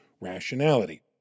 rationality